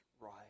right